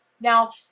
Now